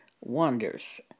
wonders